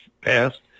past